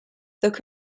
though